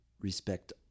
respect